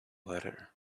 letter